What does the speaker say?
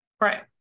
right